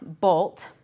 Bolt